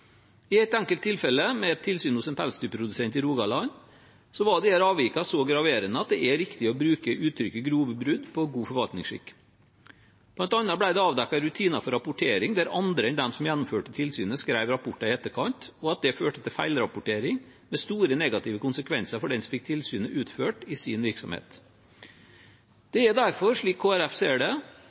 ved et tilsyn hos en pelsdyrprodusent i Rogaland, var disse avvikene så graverende at det er riktig å bruke uttrykket «grove brudd på god forvaltningsskikk». Blant annet ble det avdekket rutiner for rapportering der andre enn de som gjennomførte tilsynet, skrev rapporten i etterkant, og at det førte til feilrapportering – med store negative konsekvenser for den som fikk tilsynet utført i sin virksomhet. Det er derfor, slik Kristelig Folkeparti ser det,